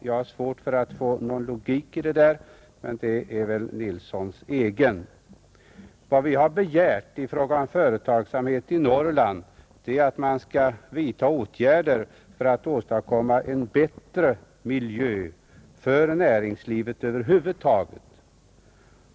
Jag har svårt att finna någon logik i det. Logiken där är kanske herr Nilssons egen. Vad vi har begärt när det gäller företagsamheten i Norrland är att man skall vidta åtgärder för att åstadkomma en bättre miljö för näringslivet över huvud taget.